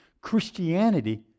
Christianity